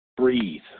Breathe